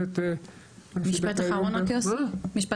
משפט אחרון יוסי.